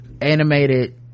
animated